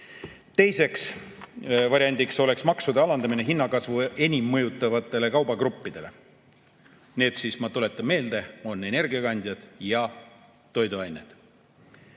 Teine variant oleks maksude alandamine hinnakasvu enim mõjutavatel kaubagruppidel. Need siis, ma tuletan meelde, on energiakandjad ja toiduained.